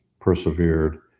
persevered